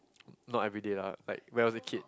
not everyday lah like when I was a kid